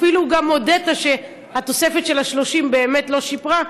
אפילו הודית גם שהתוספת של ה-30 באמת לא שיפרה.